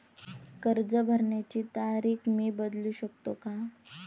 कर्ज भरण्याची तारीख मी बदलू शकतो का?